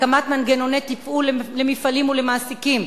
הקמת מנגנוני תגמול למפעלים ולמעסיקים,